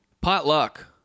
potluck